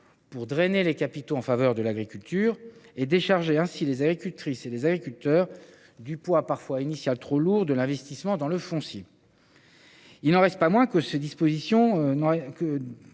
pour drainer des capitaux en faveur de l’agriculture, et décharger ainsi les agricultrices et les agriculteurs du poids, parfois excessif, de l’investissement initial dans le foncier. Il n’en reste pas moins que des difficultés